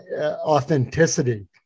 authenticity